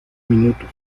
minutos